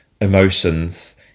emotions